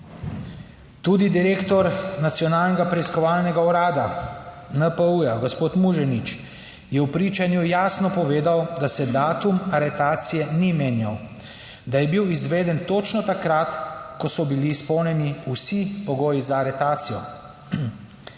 Tudi direktor Nacionalnega preiskovalnega urada NPU, gospod Muženič, je v pričanju jasno povedal, da se datum aretacije ni menjal, da je bil izveden točno takrat, ko so bili izpolnjeni vsi pogoji za aretacijo.